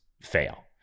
fail